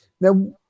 Now